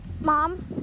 mom